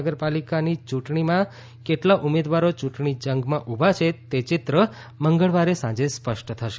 મહાનગરપાલિકાની ચૂંટણીમાં કેટલા ઉમેદવારો ચૂંટણી જંગમાં ઉભા છે તે ચિત્ર મંગળવારે સાંજે સ્પષ્ટ થશે